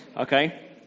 Okay